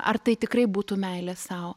ar tai tikrai būtų meilė sau